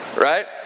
Right